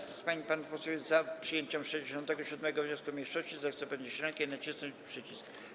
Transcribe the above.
Kto z pań i panów posłów jest za przyjęciem 67. wniosku mniejszości, zechce podnieść rękę i nacisnąć przycisk.